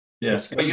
Yes